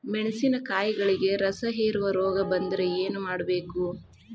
ಮೆಣಸಿನಕಾಯಿಗಳಿಗೆ ರಸಹೇರುವ ರೋಗ ಬಂದರೆ ಏನು ಮಾಡಬೇಕು?